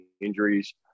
injuries